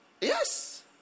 Yes